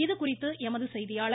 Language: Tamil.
இதுகுறித்து எமது செய்தியாளர்